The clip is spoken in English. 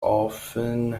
often